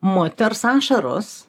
moters ašaros